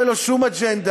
ללא שום אג'נדה,